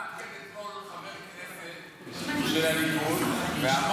עמד כאן אתמול חבר כנסת של הליכוד ואמר